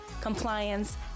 compliance